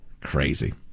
Crazy